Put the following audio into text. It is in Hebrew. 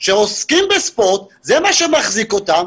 וזה מה שמחזיק אותם,